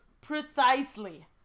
Precisely